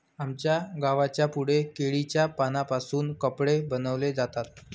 आमच्या गावाच्या पुढे केळीच्या पानांपासून कपडे बनवले जातात